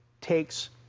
takes